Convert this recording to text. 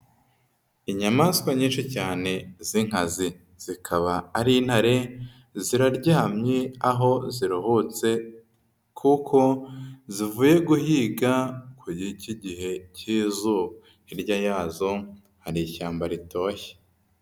Inyamaswa nyinshi cyane z'inkazi zikaba ari intare, ziraryamye aho ziruhutse kuko zivuye guhiga kuri iki gihe k'izuba, hirya yazo hari ishyamba ritoshye.